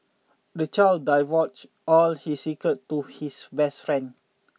the child divulged all his secrets to his best friend